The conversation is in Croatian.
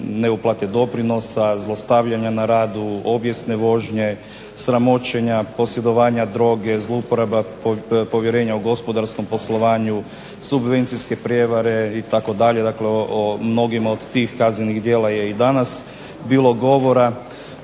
neuplate doprinosa, zlostavljanja na radu, objesne vožnje, sramoćenja, zlouporaba povjerenja u gospodarskom poslovanju, subvencijske prevare itd. dakle mnogima od tih kaznenih djela je i danas bilo govora.